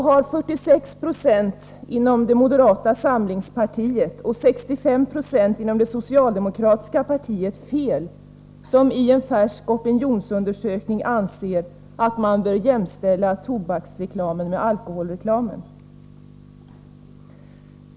Har 46 96 inom det moderata samlingspartiet och 65 26 inom det socialdemokratiska partiet fel som i en färsk opinionsundersökning anser att man bör jämställa tobaksreklamen med alkoholreklamen?